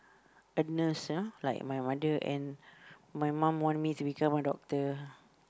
a nurse ah like my mother and my mum want me to become a doctor